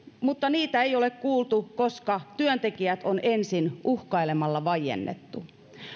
mutta niitä ei ole kuultu koska työntekijät on ensin uhkailemalla vaiennettu